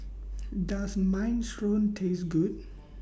Does Minestrone Taste Good